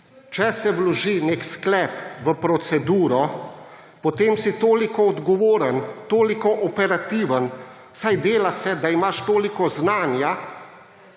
če se vloži nek sklep v proceduro, potem si toliko odgovoren, toliko operativen, vsaj delaš se, da imaš toliko znanja,